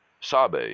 sabe